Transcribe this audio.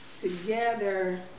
together